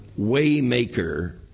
Waymaker